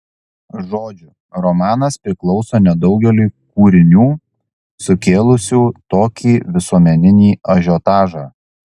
žodžiu romanas priklauso nedaugeliui kūrinių sukėlusių tokį visuomeninį ažiotažą